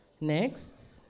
Next